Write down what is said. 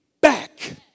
back